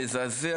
מזעזע,